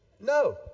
No